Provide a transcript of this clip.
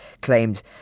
claimed